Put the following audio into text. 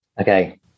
Okay